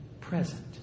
present